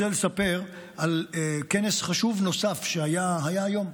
אני רוצה לספר על כנס חשוב נוסף שהיה היום,